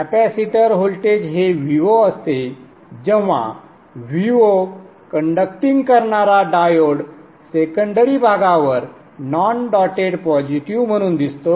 capacitor voltage हे Vo असते जेव्हा Vo कंडक्टिंग करणारा डायोड सेकंडरी भागावर नॉन डॉटेंड पॉझिटिव्ह म्हणून दिसतो